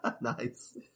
Nice